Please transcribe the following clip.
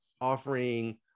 offering